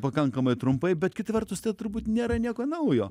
pakankamai trumpai bet kita vertus tai turbūt nėra nieko naujo